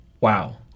Wow